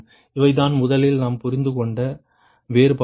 இவைதான் முதலில் நாம் புரிந்து கொண்ட வேறுபாடுகள்